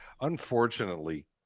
Unfortunately